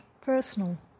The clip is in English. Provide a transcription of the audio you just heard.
personal